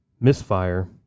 Misfire